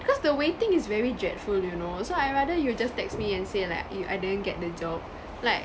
because the waiting is very dreadful you know so I rather you just text me and say like you~ I didn't get the job like